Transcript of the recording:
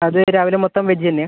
അത് രാവില മൊത്തം വെജ് തന്നെയാണോ